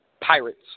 Pirates